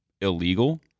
illegal